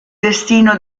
destino